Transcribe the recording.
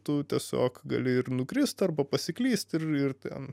tu tiesiog gali nukrist arba pasiklyst ir ir ten